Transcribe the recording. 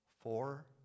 Four